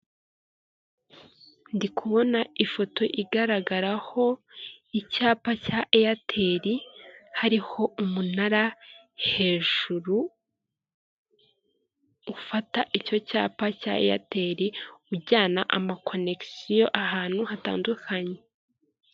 Ndi kubona ifoto igaragaraho icyapa cya eyateri hariho umunara hejuru ufata icyo cyapa cya eyateri, ujyana amakonegisiyo ahantu hatandukanye.